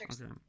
Okay